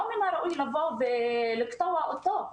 ולא מן הראוי לבוא ולקרוע אותו.